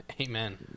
Amen